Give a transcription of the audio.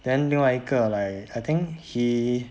then 另外一个 like I think he